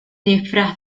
disfraz